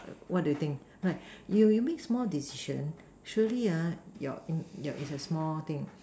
what do you think right you you mean small decision surely your in your is a small thing